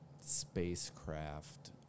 spacecraft